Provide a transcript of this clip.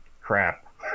crap